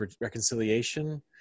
reconciliation